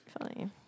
Funny